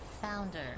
founder